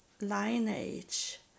lineage